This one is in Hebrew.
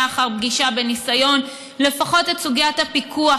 אחר פגישה בניסיון להסדיר לפחות את סוגיית הפיקוח,